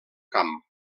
camp